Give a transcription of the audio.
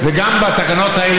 גם בתקנות האלה,